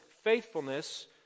faithfulness